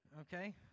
Okay